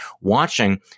watching